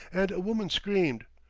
and a woman screamed.